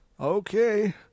Okay